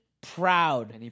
Proud